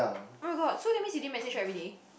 oh god so that means you didn't message everyday